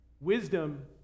Wisdom